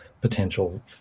potential